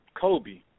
Kobe